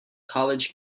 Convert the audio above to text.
college